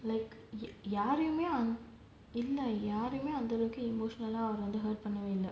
like ya ya யாரையுமே யாரையுமே அந்த அளவுக்கு அவரு:yaaraiyumae yaaraiyumae antha alavuku avaru emotional ah hurt பண்ணல:pannala